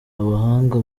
abahanga